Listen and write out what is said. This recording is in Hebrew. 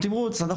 אנחנו